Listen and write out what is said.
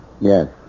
Yes